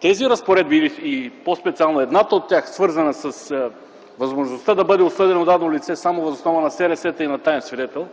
Тези разпоредби и по-специално едната от тях, свързана с възможността да бъде осъдено дадено лице само въз основа на СРС-та и на таен свидетел,